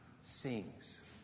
sings